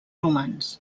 humans